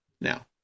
Now